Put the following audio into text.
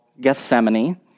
Gethsemane